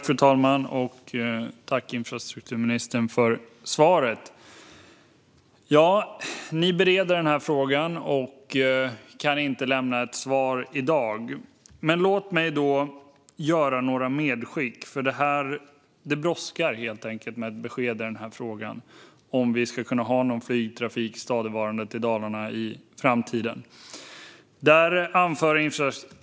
Fru talman! Tack, infrastrukturministern, för svaret! Ni bereder den här frågan och ministern kan inte lämna ett svar i dag. Låt mig då göra några medskick, för det brådskar helt enkelt med besked i frågan om vi ska kunna ha någon flygtrafik stadigvarande till Dalarna i framtiden.